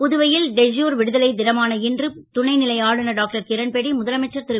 புதுவை ல் de jure விடுதலை னமான இன்று துணை ல ஆளுநர் டாக்டர் கிரண்பேடி முதலமைச்சர் ரு